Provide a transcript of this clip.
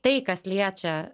tai kas liečia